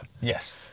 Yes